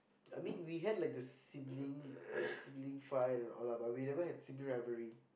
I mean we had like the sibling sibling fight and all lah but we never have sibling rivalry